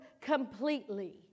completely